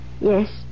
Yes